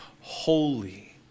holy